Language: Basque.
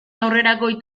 aurrerakoi